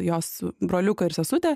jos broliuką ir sesutę